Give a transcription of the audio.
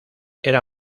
era